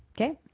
Okay